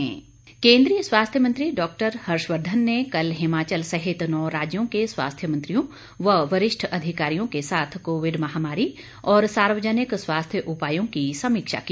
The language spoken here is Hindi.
हर्षवर्धन केंद्रीय स्वास्थ्य मंत्री डॉक्टर हर्षवर्धन ने कल हिमाचल सहित नौ राज्यों के स्वास्थ्य मंत्रियों व वरिष्ठ अधिकारियों के साथ कोविड महामारी और सार्वजनिक स्वास्थ्य उपायों की समीक्षा की